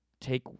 take